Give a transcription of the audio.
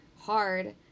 hard